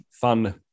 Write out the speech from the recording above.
fun